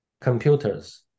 computers